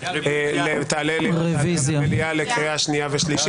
ותעלה למליאה לקריאה השנייה והשלישית.